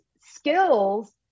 skills